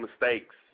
mistakes